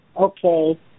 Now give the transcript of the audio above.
Okay